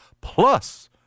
plus